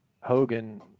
Hogan